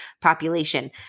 population